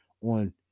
on